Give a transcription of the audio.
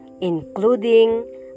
including